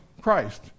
Christ